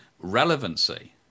relevancy